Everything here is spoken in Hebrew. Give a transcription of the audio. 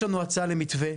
יש לנו הצעה למתווה,